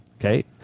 okay